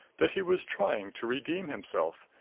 that he was trying to redeem himself,